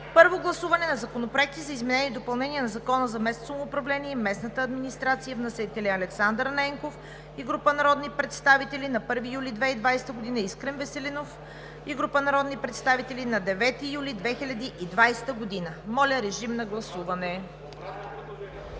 Първо гласуване на законопроекти за изменение и допълнение на Закона за местното самоуправление и местната администрация. Вносители – Александър Ненков и група народни представители на 1 юли 2020 г.; Искрен Веселинов и група народни представители на 9 юли 2020 г. Моля, режим на гласуване.